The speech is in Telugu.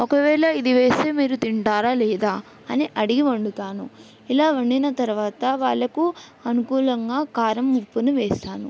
ఒకవేళ ఇది వేస్తే మీరు తింటారా లేదా అని అడిగి వండుతాను ఇలా వండిన తర్వాత వాళ్ళకు అనుకూలంగా కారం ఉప్పును వేస్తాను